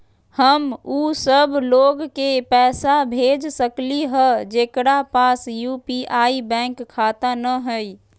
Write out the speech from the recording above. हम उ सब लोग के पैसा भेज सकली ह जेकरा पास यू.पी.आई बैंक खाता न हई?